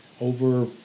over